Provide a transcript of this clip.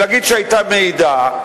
ולהגיד שהיתה מעידה,